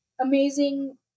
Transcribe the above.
amazing